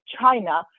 China